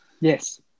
Yes